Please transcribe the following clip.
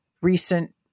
recent